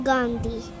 Gandhi